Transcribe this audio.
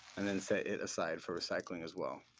and then set it aside for recycling, as well.